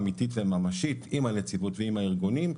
אמתית וממשית עם הנציבות ועם הארגונים,